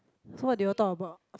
so what did you all talk about